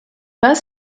pas